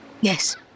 Yes